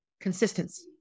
consistency